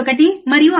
1 మరియు 6